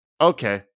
okay